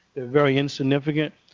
they're very insignificant.